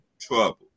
trouble